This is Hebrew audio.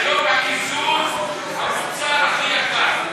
היום הקיזוז, המוצר הכי יקר.